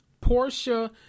Portia